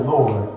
Lord